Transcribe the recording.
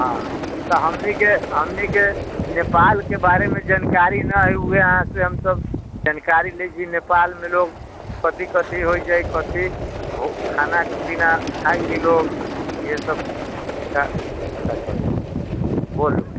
हँ तऽ हमनीके हमनीके नेपालके बारेमे जानकारी नहि हय उहे अहाँसँ हमसभ जानकारी लै छी नेपालमे लोग कथी कथी होइ छै कथी भो खाना पीना खाइ छै लोग इएहे सभटा पता करै छियै बोलू